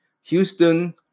Houston